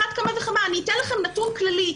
אני אתן לכם נתון כללי.